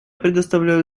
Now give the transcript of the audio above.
предоставляю